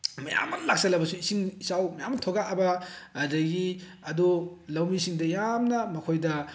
ꯃꯌꯥꯝ ꯑꯃ ꯂꯥꯛꯁꯤꯜꯂꯕꯁꯨ ꯏꯁꯤꯡ ꯏꯆꯥꯎ ꯃꯌꯥꯝ ꯊꯣꯛꯂꯛꯑꯕ ꯑꯗꯒꯤ ꯑꯗꯣ ꯂꯧꯃꯤꯁꯤꯡꯗ ꯌꯥꯝꯅ ꯃꯈꯣꯏꯗ